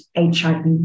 HIV